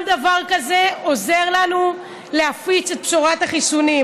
כל דבר כזה עוזר לנו להפיץ את בשורת החיסונים.